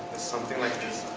something like this.